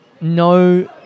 no